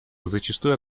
зачастую